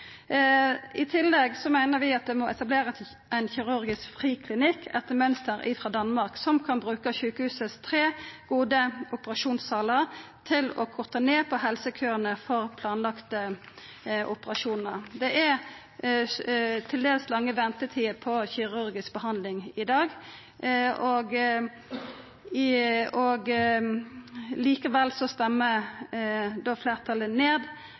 I tillegg meiner vi at det må etablerast ein kirurgisk friklinikk etter mønster frå Danmark, der ein kan bruka sjukehusets tre gode operasjonssalar til å korta ned på helsekøane for planlagde operasjonar. Det er til dels lange ventetider for kirurgisk behandling i dag, og likevel stemmer fleirtalet ned forslaget om ei offentleg såkalla køforkortingsordning og